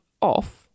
off